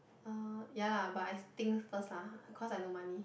oh ya lah but I think first lah cause I no money